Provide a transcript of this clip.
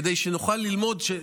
כדי שנוכל ללמוד,